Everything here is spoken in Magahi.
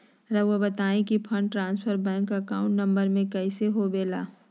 रहुआ बताहो कि fund transfer bank account number में कैसे होबेला?